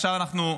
עכשיו אנחנו,